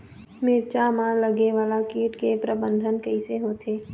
मिरचा मा लगे वाला कीट के प्रबंधन कइसे होथे?